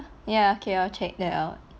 ya okay I'll check that out